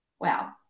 Wow